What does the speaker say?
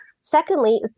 Secondly